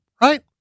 right